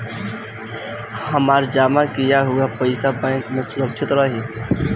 हमार जमा किया हुआ पईसा बैंक में सुरक्षित रहीं?